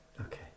Okay